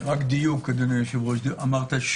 אמרת: